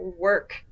work